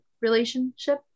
relationship